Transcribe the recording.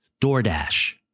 DoorDash